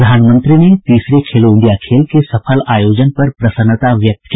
प्रधानमंत्री ने तीसरे खेलो इंडिया खेल के सफल आयोजन पर प्रसन्नता व्यक्त की